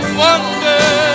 wonder